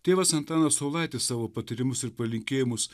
tėvas antanas saulaitis savo patarimus ir palinkėjimus